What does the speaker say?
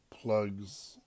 plugs